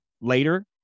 later